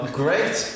great